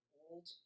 old